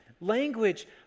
language